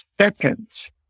seconds